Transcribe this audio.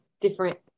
different